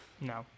No